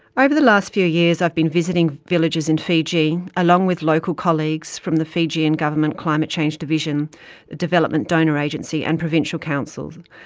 ah over the last few years, i've been visiting villages in fiji, along with local colleagues from the fijian government climate change division, a development donor agency, and provincial councils,